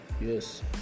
yes